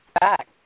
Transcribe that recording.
back